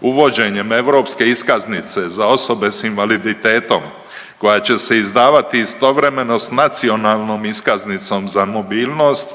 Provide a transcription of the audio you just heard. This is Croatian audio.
Uvođenjem europske iskaznice za osobe s invaliditetom koja će se izdavati istovremeno s nacionalnom iskaznicom za mobilnost